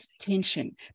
tension